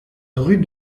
rue